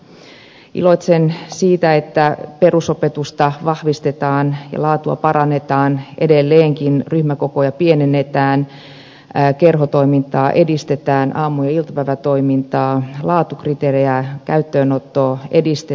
iloitsen siitä että perusopetusta vahvistetaan ja laatua parannetaan edelleenkin ryhmäkokoja pienennetään kerhotoimintaa edistetään aamu ja iltapäivätoimintaa lisätään laatukriteerien käyttöönottoa edistetään